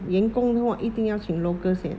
员工的话一定要请 locals 先